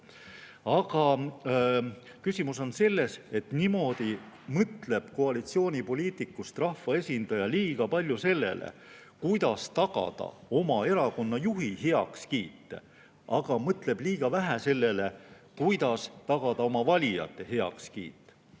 Küsimus on selles, et niimoodi mõtleb koalitsioonipoliitikust rahvaesindaja liiga palju sellele, kuidas tagada oma erakonna juhi heakskiit, aga mõtleb liiga vähe sellele, kuidas tagada oma valijate heakskiit.